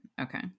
Okay